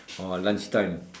ah lunch time